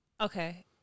Okay